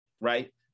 right